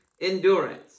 endurance